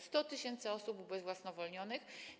100 tys. osób ubezwłasnowolnionych.